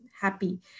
happy